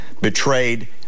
betrayed